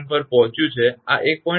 2𝜇𝑠 પર પહોંચ્યું છે આ 1